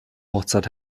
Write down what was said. hochzeit